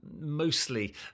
mostly